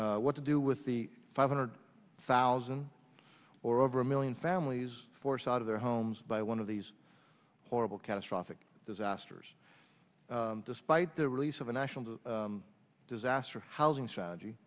what to do with the five hundred thousand or over a million families forced out of their homes by one of these horrible catastrophic disasters despite the release of a national disaster housing strategy